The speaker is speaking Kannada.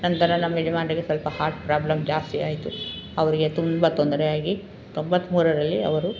ನಂತರ ನಮ್ಮ ಯಜಮಾನರಿಗೆ ಸ್ವಲ್ಪ ಹಾರ್ಟ್ ಪ್ರಾಬ್ಲಮ್ ಜಾಸ್ತಿ ಆಯಿತು ಅವರಿಗೆ ತುಂಬ ತೊಂದರೆಯಾಗಿ ತೊಂಬತ್ತ್ಮೂರರಲ್ಲಿ ಅವರು